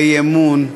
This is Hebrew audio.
באי-אמון,